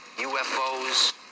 UFOs